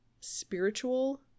spiritual